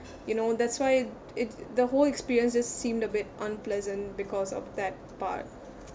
you know that's why it the whole experience just seemed a bit unpleasant because of that part